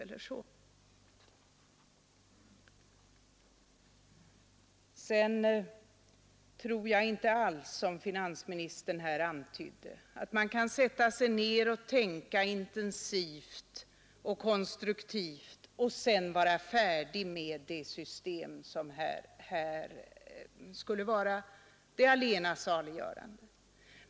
Jag tror inte alls att man, som finansministern här antydde, kan sätta sig ned och tänka intensivt och konstruktivt och sedan vara färdig med det system som här skulle vara det allena saliggörande.